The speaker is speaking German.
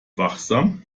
wachsam